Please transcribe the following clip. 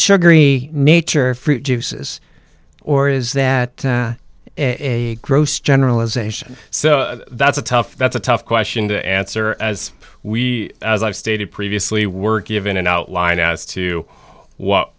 sugary nature fruit juices or is that a gross generalization so that's a tough that's a tough question to answer as we as i've stated previously work even an outline as to what